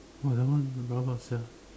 !wah! that one rabak sia